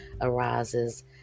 arises